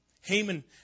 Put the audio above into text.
Haman